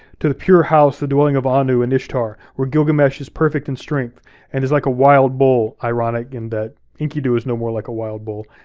to a pure house, the dwelling of anu and ishtar where gilgamesh is perfect in strength and is like a wild bull. ironic in that enkidu is no more like a wild bull,